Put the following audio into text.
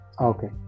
Okay